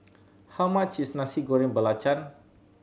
how much is Nasi Goreng Belacan